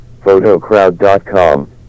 Photocrowd.com